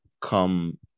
come